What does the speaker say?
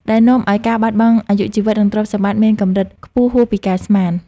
ដែលនាំឱ្យការបាត់បង់អាយុជីវិត និងទ្រព្យសម្បត្តិមានកម្រិតខ្ពស់ហួសពីការស្មាន។